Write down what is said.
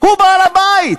הוא בעל-הבית,